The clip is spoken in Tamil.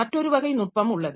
மற்றொரு வகை நுட்பம் உள்ளது